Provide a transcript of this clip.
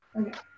okay